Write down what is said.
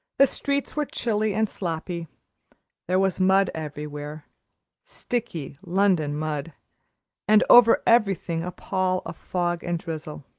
the streets were chilly and sloppy there was mud everywhere sticky london mud and over everything a pall of fog and drizzle.